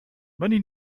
many